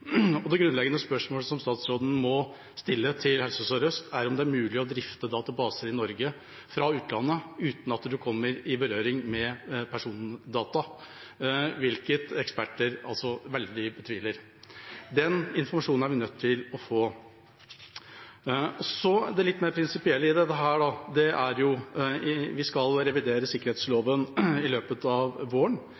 Det grunnleggende spørsmålet som statsråden må stille til Helse Sør-Øst, er om det er mulig å drifte databaser i Norge fra utlandet uten at en kommer i berøring med persondata – hvilket eksperter veldig betviler. Den informasjonen er vi nødt til å få. Det litt mer prinsipielle i dette er – vi skal revidere sikkerhetsloven i løpet av våren – om helsedata bør underlegges objektsikring. Det er